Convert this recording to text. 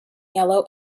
yellow